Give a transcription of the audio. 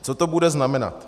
Co to bude znamenat?